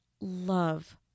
love